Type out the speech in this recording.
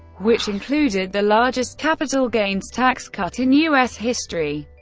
which included the largest capital gains tax cut in u s. history.